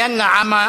מי ייתן והאל יעניק